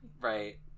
right